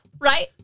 Right